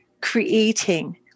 creating